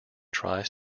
tries